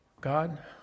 god